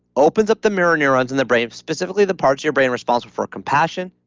opens up the mirror neurons in the brain, specifically the parts of your brain responsible for compassion,